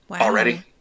already